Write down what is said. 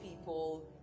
people